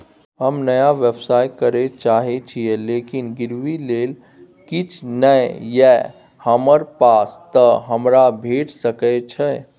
हम नया व्यवसाय करै चाहे छिये लेकिन गिरवी ले किछ नय ये हमरा पास त हमरा भेट सकै छै?